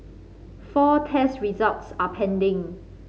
four test results are pending